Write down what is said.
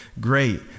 great